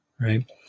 Right